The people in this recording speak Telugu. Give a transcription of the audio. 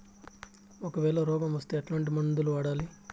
ఒకవేల రోగం వస్తే ఎట్లాంటి మందులు వాడాలి?